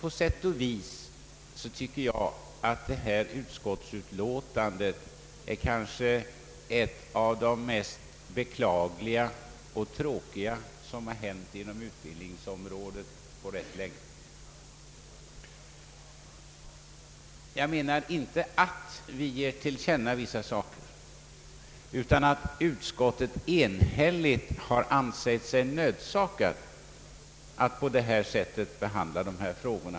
På sätt och vis tycker jag att detta utskottsutlåtande är bland det mest beklagliga och tråkiga som hänt inom utbildningsområdet på rätt länge. Jag menar inte detta att utskottet ger till känna vissa saker. Jag syftar på att utskottet enhälligt har ansett sig nödsakat att på detta sätt behandla dessa frågor.